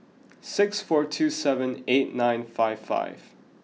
six four two seven eight nine five five